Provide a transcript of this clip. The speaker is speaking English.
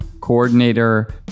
Coordinator